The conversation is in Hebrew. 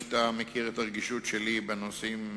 שאתה מכיר את הרגישות שלי בנושאים אלו,